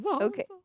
Okay